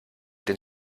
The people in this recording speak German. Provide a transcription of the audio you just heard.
den